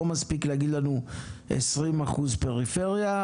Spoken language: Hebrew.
לא מספיק להגיד לנו 20% פריפריה,